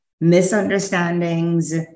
misunderstandings